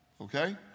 Okay